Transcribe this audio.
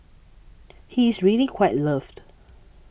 he is really quite loved